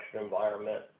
environment